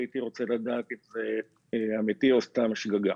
הייתי רוצה לדעת אם זה אמיתי או סתם שגגה.